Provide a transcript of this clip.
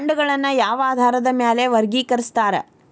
ಫಂಡ್ಗಳನ್ನ ಯಾವ ಆಧಾರದ ಮ್ಯಾಲೆ ವರ್ಗಿಕರಸ್ತಾರ